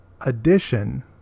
addition